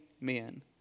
men